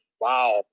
wow